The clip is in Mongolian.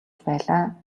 байлаа